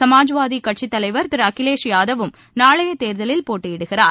சமாஜ்வாதி கட்சித் தலைவா் திரு அகிலேஷ் யாதவும் நாளைய தேர்தலில் போட்டியிடுகிறார்